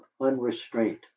unrestraint